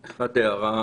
דבר אחד הוא הערה